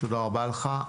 תודה רבה לך.